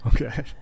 okay